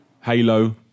Halo